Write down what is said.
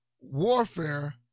warfare